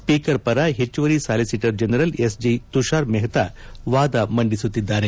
speaker ಪರ ಹೆಚ್ಚುವರಿ solicitor general S G Tushar Mehta ವಾದ ಮಂಡಿಸುತ್ತಿದ್ದಾರೆ